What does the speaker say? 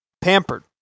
pampered